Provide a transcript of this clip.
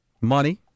money